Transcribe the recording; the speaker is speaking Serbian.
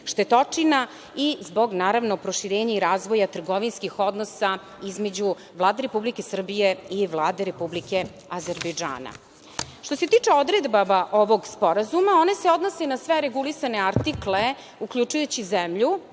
štetočina i zbog naravno proširenja i razvoja trgovinskih odnosa između Vlade Republike Srbije i Vlade Republike Azerbejdžana. Što se tiče odredaba ovog sporazuma one se odnose na sve regulisane artikle, uključujući zemlju,